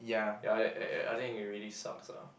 ya that I think it really sucks lah